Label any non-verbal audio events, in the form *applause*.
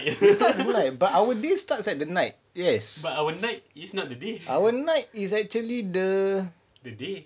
*laughs* but our day starts at night yes our night is actually the the the